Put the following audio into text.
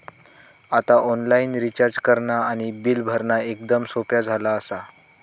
आता online recharge करणा आणि बिल भरणा एकदम सोप्या झाला आसा